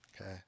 Okay